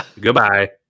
Goodbye